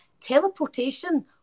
teleportation